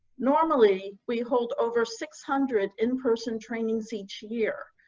normally, we hold over six hundred in-person trainings each year.